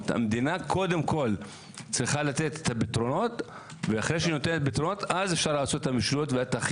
מי שיושב ונכנס ורואה את אורח החיים הבדואי רואה גם את הדרך שבה הם